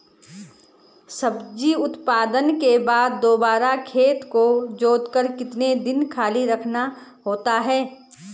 सब्जी उत्पादन के बाद दोबारा खेत को जोतकर कितने दिन खाली रखना होता है?